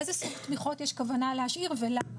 איזה סוג תמיכות יש כוונה להשאיר ולמה.